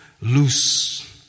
loose